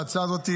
ההצעה הזאת,